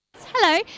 Hello